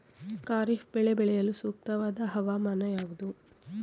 ಖಾರಿಫ್ ಬೆಳೆ ಬೆಳೆಯಲು ಸೂಕ್ತವಾದ ಹವಾಮಾನ ಯಾವುದು?